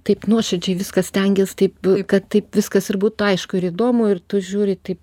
taip nuoširdžiai viską stengies taip kad taip viskas ir būtų aišku ir įdomu ir tu žiūri taip